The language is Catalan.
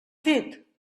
fet